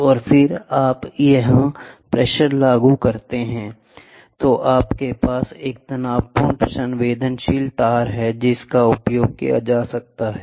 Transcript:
और फिर आप यहां प्रेशर लागू करते है तो आपके पास एक तनावपूर्ण संवेदनशील तार है जिसका उपयोग किया जाता है